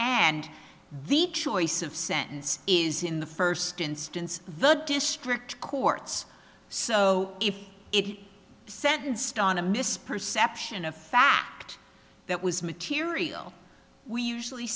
and the choice of sentence is in the first instance the district court's so if it sentenced on a misperception a fact that was material we usually